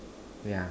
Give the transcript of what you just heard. yeah